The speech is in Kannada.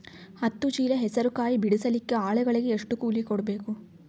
ಹತ್ತು ಚೀಲ ಹೆಸರು ಕಾಯಿ ಬಿಡಸಲಿಕ ಆಳಗಳಿಗೆ ಎಷ್ಟು ಕೂಲಿ ಕೊಡಬೇಕು?